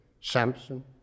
Samson